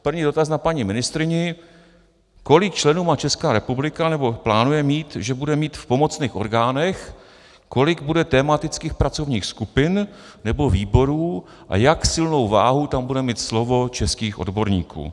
První dotaz na paní ministryni: kolik členů má Česká republika, nebo plánuje, že bude mít, v pomocných orgánech, kolik bude tematických pracovních skupin nebo výborů a jak silnou váhu tam bude mít slovo českých odborníků.